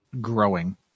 growing